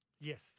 yes